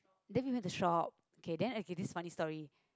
then we went to shop okay then okay this is funny story